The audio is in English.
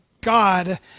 God